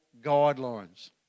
guidelines